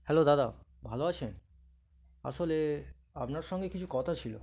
hello দাদা ভালো আছেন আসলে আপনার সঙ্গে কিছু কথা ছিল